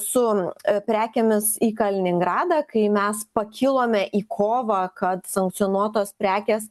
su prekėmis į kaliningradą kai mes pakilome į kovą kad sankcionuotos prekės